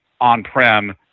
on-prem